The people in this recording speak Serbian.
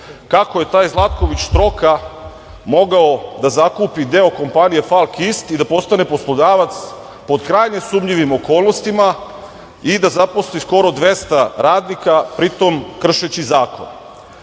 kako je taj Zlatković Štroka mogao da zakupi deo kompanije „Falk ist“ i da postane poslodavac, pod krajnje sumnjivim okolnostima, i da zaposli skoro 200 radnika, pritom kršeći zakon.